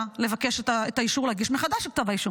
לבקש את האישור להגיש מחדש את כתב האישום?